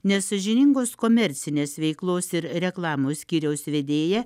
nesąžiningos komercinės veiklos ir reklamos skyriaus vedėja